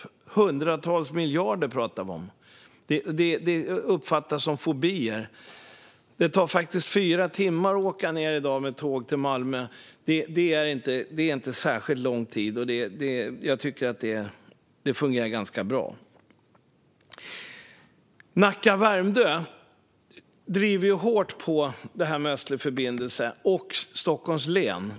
Vi talar om hundratals miljarder. Det uppfattas som fobier. I dag tar det fyra timmar att åka ned med tåg till Malmö. Det är inte särskilt lång tid. Jag tycker att det fungerar ganska bra. Nacka och Värmdö driver på hårt för Östlig förbindelse, liksom Stockholms län.